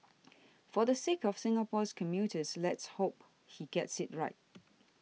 for the sake of Singapore's commuters let's hope he gets it right